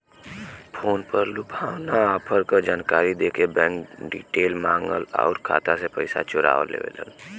phone पर लुभावना offer क जानकारी देके बैंक डिटेल माँगन आउर खाता से पैसा चोरा लेवलन